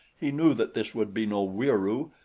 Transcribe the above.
he knew that this could be no wieroo,